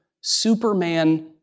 Superman